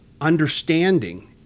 understanding